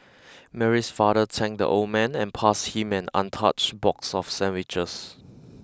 Mary's father thanked the old man and passed him an untouched box of sandwiches